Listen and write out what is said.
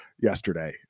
Yesterday